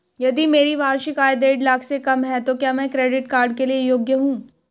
यदि मेरी वार्षिक आय देढ़ लाख से कम है तो क्या मैं क्रेडिट कार्ड के लिए योग्य हूँ?